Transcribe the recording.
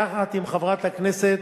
יחד עם חברת הכנסת